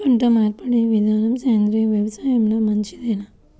పంటమార్పిడి విధానము సేంద్రియ వ్యవసాయంలో మంచిదేనా?